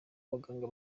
abaganga